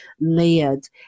layered